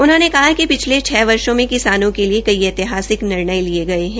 उन्होंने कहा कि पिछले छह वर्षो में किसानों के लिए कई ऐतिहासिक निर्णय लिये गये है